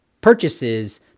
purchases